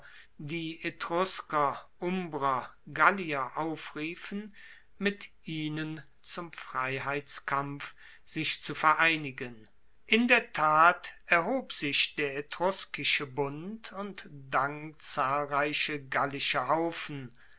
die etrusker umbrer gallier aufriefen mit ihnen zum freiheitskampf sich zu vereinigen in der tat erhob sich der etruskische bund und dang zahlreiche gallische haufen